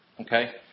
Okay